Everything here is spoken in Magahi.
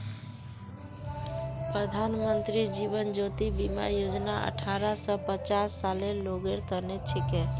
प्रधानमंत्री जीवन ज्योति बीमा योजना अठ्ठारह स पचास सालेर लोगेर तने छिके